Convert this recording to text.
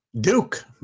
Duke